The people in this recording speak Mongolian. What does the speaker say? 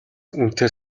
үнэтэй